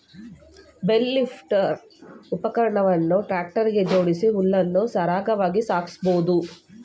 bale lifter ಉಪಕರಣವನ್ನು tractor ಗೆ ಜೋಡಿಸಿ ಹುಲ್ಲನ್ನು ಸರಾಗವಾಗಿ ಸಾಗಿಸಬೋದು